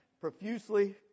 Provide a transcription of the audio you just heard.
profusely